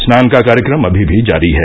स्नान का कार्यक्रम अभी भी जारी है